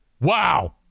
wow